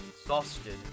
exhausted